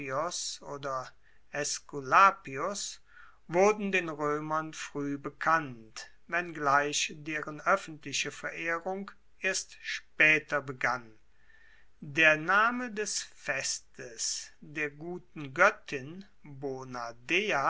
oder aesculapius wurden den roemern frueh bekannt wenngleich deren oeffentliche verehrung erst spaeter begann der name des festes der guten goettin